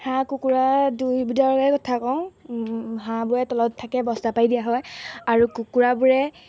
হাঁহ কুকুৰা দুই বিধৰে কথা কওঁ হাঁহবোৰে তলত থাকে বস্তা পাৰি দিয়া হয় আৰু কুকুৰাবোৰে